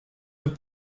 have